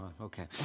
okay